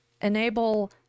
enable